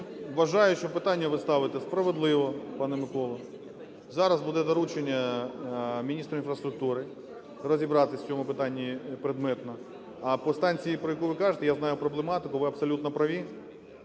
Вважаю, що питання ви ставите справедливо, пане Миколо. Зараз буде доручення міністра інфраструктури розібратись в цьому питанні предметно. А по станції, про яку ви кажете, я знаю проблематику. Ви абсолютно праві.